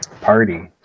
party